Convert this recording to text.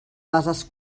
bases